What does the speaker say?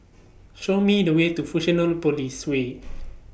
Show Me The Way to Fusionopolis Way